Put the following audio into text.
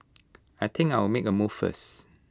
I think I'll make A move first